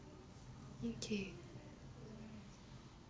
okay